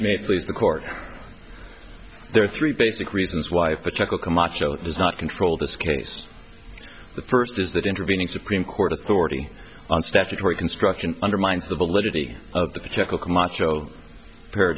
may please the court there are three basic reasons why if a chuckle camacho does not control this case the first is that intervening supreme court authority on statutory construction undermines the validity of the protective camacho p